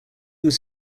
was